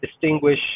distinguish